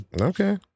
Okay